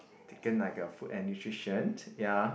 taken like a food and nutrition ya